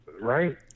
Right